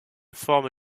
forme